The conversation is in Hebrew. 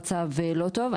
המצב לא טוב.